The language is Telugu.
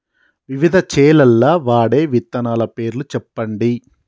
వివిధ చేలల్ల వాడే విత్తనాల పేర్లు చెప్పండి?